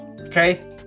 Okay